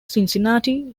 cincinnati